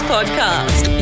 Podcast